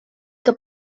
que